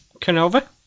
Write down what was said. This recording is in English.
Canova